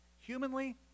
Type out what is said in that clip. Humanly